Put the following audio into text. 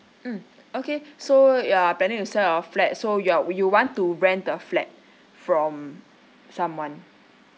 mm okay so you are planning to sell your flat so you are you want to rent a flat from someone